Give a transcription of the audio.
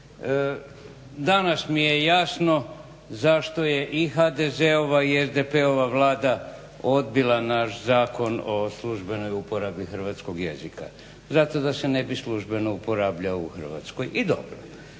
danas mi je jasno zašto je i HDZ-ova i SDP-ova Vlada odbila naš Zakon o službenoj uporabi hrvatskog jezika. Zato da se ne bi službeno uporabljao u Hrvatskoj. I dobro.